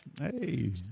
Hey